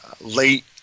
late